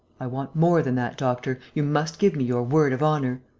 i want more than that, doctor. you must give me your word of honour.